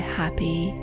happy